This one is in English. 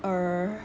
err